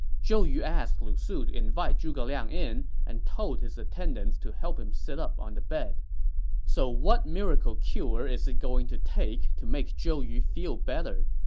zhou yu asked lu su to invite zhuge liang in, and told his attendants to help him sit up on the bed so what miracle cure is it going to take to make zhou yu feel better?